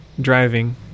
Driving